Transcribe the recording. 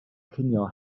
cinio